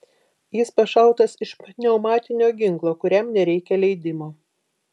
jis pašautas iš pneumatinio ginklo kuriam nereikia leidimo